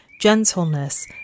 gentleness